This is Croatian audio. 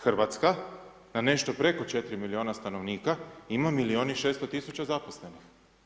Hrvatska na nešto preko 4 milijuna stanovnika, ima milijun i 600 tisuća zaposlenih.